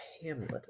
hamlet